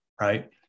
right